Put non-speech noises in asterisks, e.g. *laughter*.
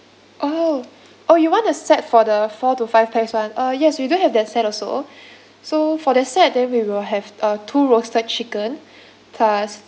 oh oh you want a set for the four to five pax [one] uh yes we do have that set also *breath* so for that set then we will have uh two roasted chicken plus